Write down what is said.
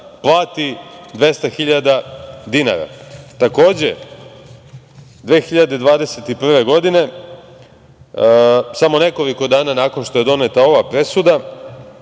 plati 200.000 dinara. Takođe, 2021. godine, samo nekoliko dana nakon što je doneta ova presuda